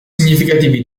significativi